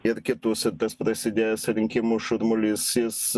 ir kitus ir tas prasidėjęs rinkimų šurmulys jis